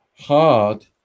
hard